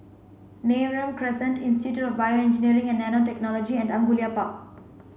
Neram Crescent Institute of BioEngineering and Nanotechnology and Angullia Park